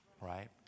right